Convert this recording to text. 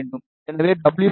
எனவே w50 என்பது 1